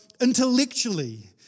intellectually